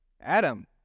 Adam